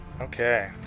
Okay